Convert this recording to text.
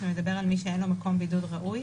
שמדבר על מי שאין לו מקום בידוד ראוי,